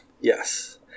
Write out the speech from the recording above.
Yes